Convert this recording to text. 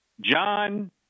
John